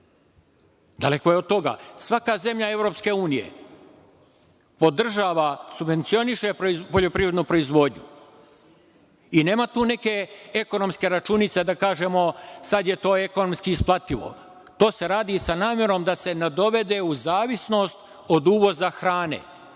Daleko je od toga. Svaka zemlja EU podržava, subvencioniše poljoprivrednu proizvodnju i nema tu neke ekonomske računice, da kažemo – sad je to ekonomski isplativo. To se radi sa namerom da se ne dovede u zavisnost od uvoza hrane.